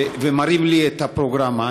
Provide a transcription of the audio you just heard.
ומראים לי את הפרוגרמה.